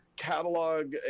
catalog